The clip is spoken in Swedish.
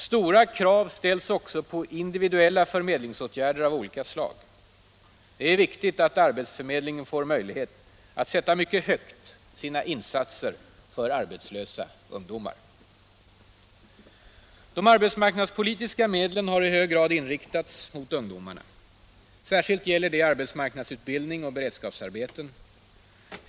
Stora krav ställs också på individuella förmedlingsåtgärder av olika slag. Det är viktigt att arbetsförmedlingen får möjlighet att sätta sina insatser för arbetslösa ungdomar mycket högt. De arbetsmarknadspolitiska medlen har i hög grad inriktats mot ungdomarna. Särskilt gäller detta arbetsmarknadsutbildning och beredskapsarbeten.